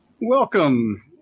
Welcome